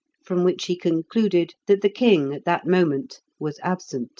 from which he concluded that the king at that moment was absent.